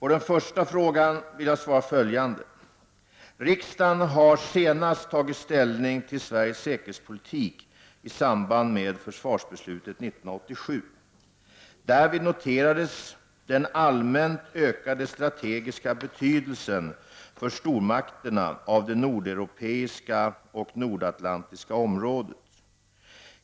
På den första frågan vill jag svara följande. Riksdagen har senast tagit ställning till Sveriges säkerhetspolitik i samband med försvarsbeslutet 1987. Därvid noterades den allmänt ökade strategiska betydelsen för stormakterna av det nordeuropeiska och nordatlantiska området.